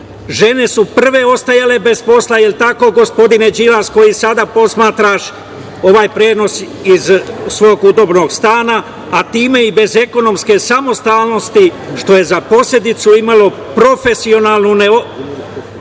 žene su prve ostajale bez posla, jel tako gospodine Đilas, koji sada posmatraš ovaj prenos iz svog udobnog stana, a time i bez ekonomske samostalnosti, što je za posledicu imalo profesionalnu neostvarivost